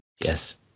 Yes